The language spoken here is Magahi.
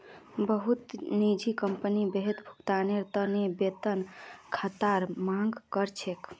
बहुतला निजी कंपनी वेतन भुगतानेर त न वेतन खातार मांग कर छेक